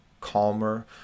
calmer